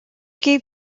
gave